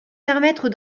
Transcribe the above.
permettre